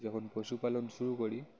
যখন পশুপালন শুরু করি